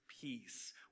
peace